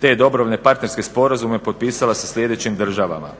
te dobrovoljne partnerske sporazume potpisala sa sljedećim državama